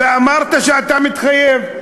אמרת שאתה מתחייב.